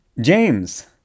James